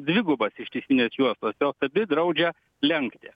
dvigubos ištisinės juostos jos abi draudžia lenkti